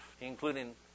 including